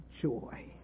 joy